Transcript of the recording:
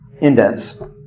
indents